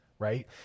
right